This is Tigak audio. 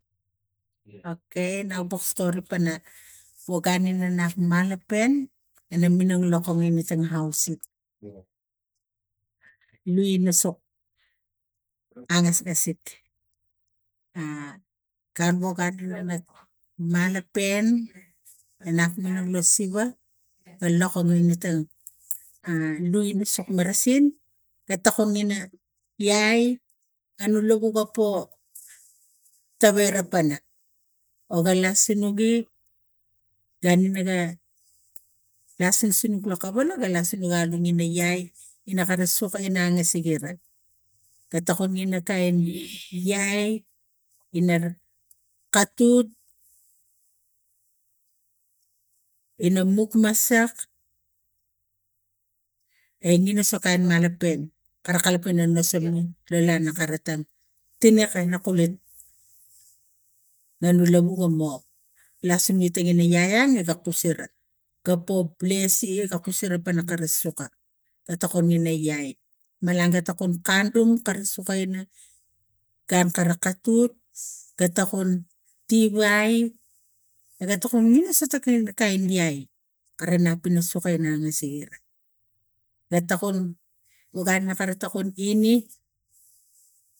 Okai naupa stori pana wo gun ina nakman apen anaminang la komuniti tono ausik lui sok angasgasi gun wok kgunim ina makpen a nakman la siva gunim ina makpen a nakman la siva alok komuniti lui ina sok marasin a tokun ina pia ano lav ga po tavai ra pana oga las sunugi gunum riga lasul sinuk lo kawelo ga lasinuk alu ina iai ina kara soka ina anagasik ira ga tokunina kain iai in katut ina mukmasak egi na sokain mana peng koara kala pana nasama la lana karatang tena kain nakule na ol logu gommo ka po blese ka kusina pana soka ga tokome n ia makang ga tokim kandum kara sokina katut ga tokun tiwai ga tokun ina kain iaia ina soko inang la siva lo tokun lo gun lo tokun ene.